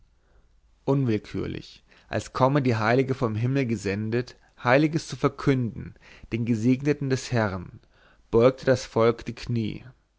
unwillkürlich als komme die heilige vom himmel gesendet heiliges zu verkünden den gesegneten des herrn beugte das volk die knie